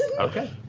okay.